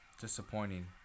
disappointing